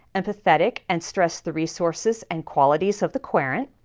empathetic, and stress the resources and qualities of the querent.